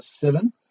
seven